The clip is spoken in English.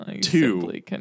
two